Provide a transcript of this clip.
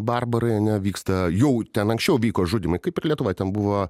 barbarai ane vyksta jau ten anksčiau vyko žudymai kaip ir lietuvoj ten buvo